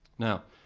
now